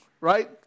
right